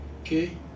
Okay